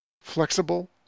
Flexible